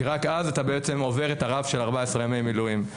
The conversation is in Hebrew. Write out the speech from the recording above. כי רק אז אתה בעצם עובר את הרף של 14 ימי מילואים.